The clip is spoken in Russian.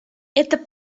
это